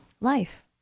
life